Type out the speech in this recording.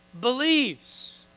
believes